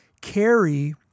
carry